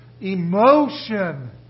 emotion